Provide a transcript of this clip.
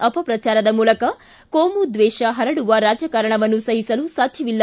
ಅಪಪ್ರಚಾರದ ಮೂಲಕ ಕೋಮುದ್ವೇಷ ಹರಡುವ ರಾಜಕಾರಣವನ್ನು ಸಹಿಸಲು ಸಾಧ್ಯವಿಲ್ಲ